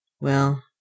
Well